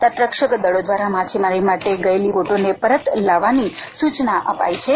તટરક્ષક દળો દ્વારા માછીમારી માટે ગયેલી બોટો તે પરત લાવવાની સૂચના અપાઇ છે